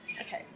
okay